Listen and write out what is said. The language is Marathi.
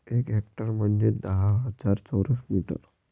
एक हेक्टर म्हंजे दहा हजार चौरस मीटर